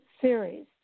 series